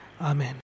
Amen